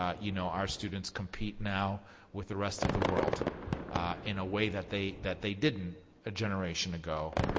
ah you know our students compete now with the rest of the world in a way that they that they didn't a generation ago,